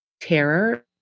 terror